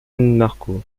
marco